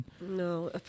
No